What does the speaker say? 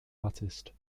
artist